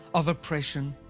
of oppression,